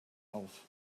auf